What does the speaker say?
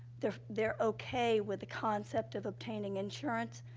they're they're okay with the concept of obtaining insurance,